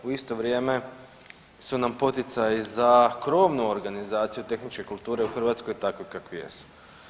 U isto vrijeme su nam poticaji za krovnu organizaciju tehničke kulture u Hrvatskoj takvi kakvi jesu.